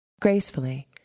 Gracefully